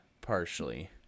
partially